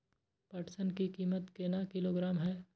पटसन की कीमत केना किलोग्राम हय?